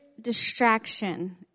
distraction